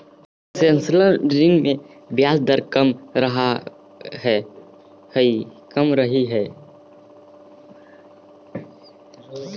concessional ऋण में ब्याज दर कम रहऽ हइ